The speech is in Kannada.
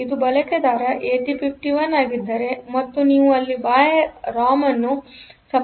ಇದು ಬಳಕೆದಾರ 8051 ಆಗಿದ್ದರೆ ಮತ್ತು ನೀವು ಇಲ್ಲಿ ಬಾಹ್ಯ ರಾಮ್ ಅನ್ನು ಸಂಪರ್ಕಿಸಿದ್ದೀರಿ